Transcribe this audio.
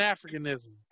Africanism